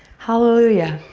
hallelujah.